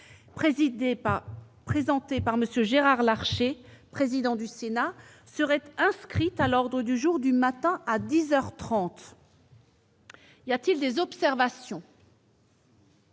présentée par M. Gérard Larcher, président du Sénat, serait inscrite à l'ordre du jour du matin, à dix heures trente. Y a-t-il des observations ?